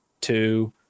two